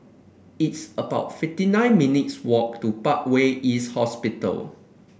it's about fifty nine minutes' walk to Parkway East Hospital